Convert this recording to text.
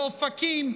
באופקים,